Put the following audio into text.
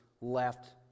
left